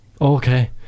okay